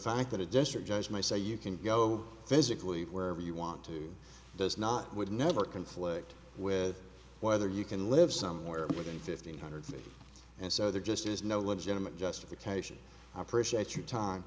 fact that a district judge may say you can go physically wherever you want to does not would never conflict with whether you can live somewhere within fifteen hundred feet and so there just is no legitimate justification appreciate your time